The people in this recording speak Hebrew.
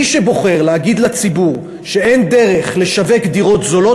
מי שבוחר להגיד לציבור שאין דרך לשווק דירות זולות,